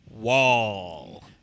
wall